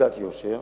בתעודת יושר.